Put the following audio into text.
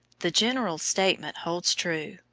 the general statement holds true,